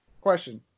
question